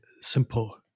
simple